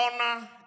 honor